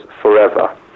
forever